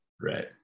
Right